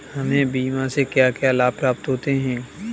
हमें बीमा से क्या क्या लाभ प्राप्त होते हैं?